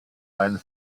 eine